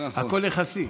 הכול יחסי.